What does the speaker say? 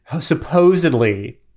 supposedly